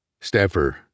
Staffer